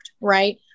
Right